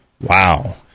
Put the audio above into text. Wow